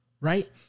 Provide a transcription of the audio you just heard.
right